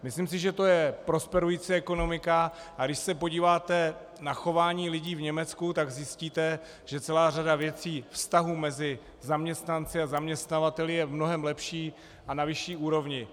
Myslím si, že to je prosperující ekonomika, a když se podíváte na chování lidí v Německu, tak zjistíte, že celá řada věcí, vztahů mezi zaměstnanci a zaměstnavateli je mnohem lepší a na vyšší úrovni.